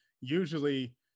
usually